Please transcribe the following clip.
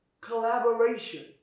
collaboration